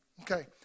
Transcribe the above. Okay